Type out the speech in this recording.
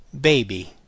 baby